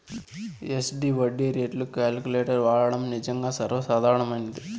SD వడ్డీ రేట్లు calculator వాడడం నిజంగా సర్వసాధారణమైనది